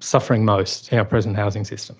suffering most in our present housing system.